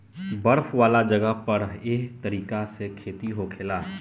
बर्फ वाला जगह पर एह तरीका से खेती होखेला